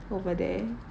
over there